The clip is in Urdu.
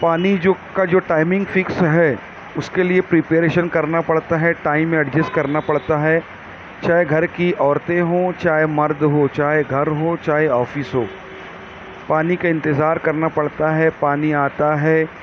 پانی جو کا جو ٹائمنگ فکس ہے اس کے لیے پریپریشن کرنا پڑتا ہے ٹائم ایڈجسٹ کرنا پڑتا ہے چاہے گھر کی عورتیں ہوں چاہے مرد ہو چاہے گھر ہو چاہے آفس ہو پانی کا انتظار کرنا پڑتا ہے پانی آتا ہے